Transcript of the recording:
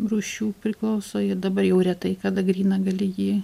rūšių priklauso ir dabar jau retai kada gryną gali jį